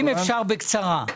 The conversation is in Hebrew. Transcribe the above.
אם אפשר בקצרה.